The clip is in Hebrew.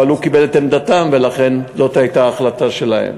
אבל הוא קיבל את עמדתם ולכן זאת הייתה ההחלטה שלהם.